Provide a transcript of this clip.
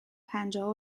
پنجاه